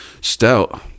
stout